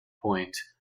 point